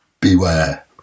Beware